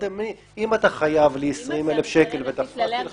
אם אתה חייב לי 20,000 שקל ותפסתי לך